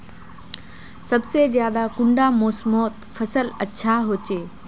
सबसे ज्यादा कुंडा मोसमोत फसल अच्छा होचे?